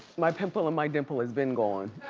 my pimple in my dimple has been gone.